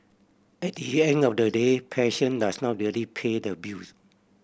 at the end of the day passion does not really pay the bills